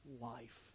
life